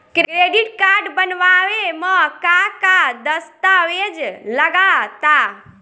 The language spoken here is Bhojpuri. क्रेडीट कार्ड बनवावे म का का दस्तावेज लगा ता?